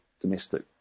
domestic